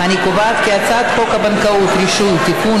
את הצעת חוק הבנקאות (רישוי) (תיקון,